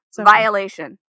violation